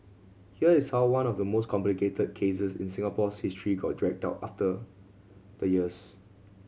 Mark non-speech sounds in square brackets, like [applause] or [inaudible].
here is how one of the most complicated cases in Singapore's history got dragged out [unintelligible] the years